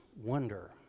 wonder